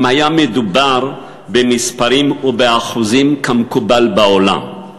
לו היה מדובר במספרים ובאחוזים כמקובל בעולם, לו,